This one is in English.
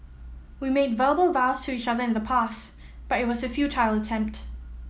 we made verbal vows to each other in the past but it was a futile attempt